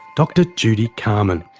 dr judy carman.